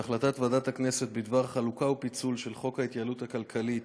בהחלטת ועדת הכנסת בדבר חלוקה ופיצול של הצעת חוק ההתייעלות הכלכלית